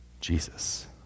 Jesus